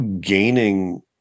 gaining